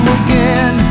again